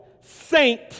saint